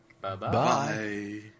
bye-bye